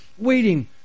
waiting